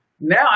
now